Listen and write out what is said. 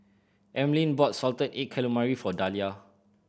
Emaline bought salted egg calamari for Dalia